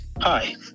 Hi